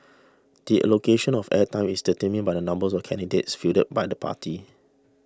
the allocation of air time is determined by the number of candidates fielded by the party